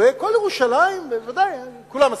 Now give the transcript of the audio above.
לגבי כל ירושלים, בוודאי, כולם מסכימים.